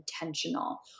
intentional